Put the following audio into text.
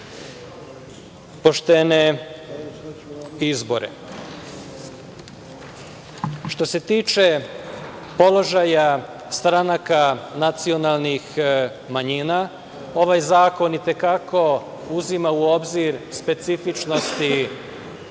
poštene izbore. Što se tiče položaja stranaka nacionalnih manjina, ovaj zakon i te kako uzima u obzir specifičnosti